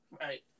Right